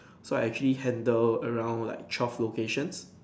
so I actually handle around like twelve locations